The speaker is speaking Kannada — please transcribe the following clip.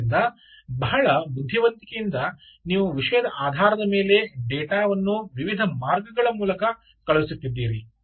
ಆದ್ದರಿಂದ ಬಹಳ ಬುದ್ಧಿವಂತಿಕೆಯಿಂದ ನೀವು ವಿಷಯದ ಆಧಾರದ ಮೇಲೆ ಡೇಟಾವನ್ನು ವಿವಿಧ ಮಾರ್ಗಗಳ ಮೂಲಕ ಕಳಿಸುತ್ತಿದ್ದೀರಿ